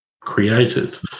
created